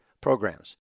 programs